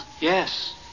Yes